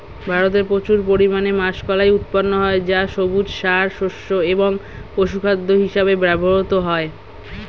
ভারতে প্রচুর পরিমাণে মাষকলাই উৎপন্ন হয় যা সবুজ সার, শস্য এবং পশুখাদ্য হিসেবে ব্যবহৃত হয়